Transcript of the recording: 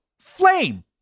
flame